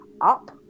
up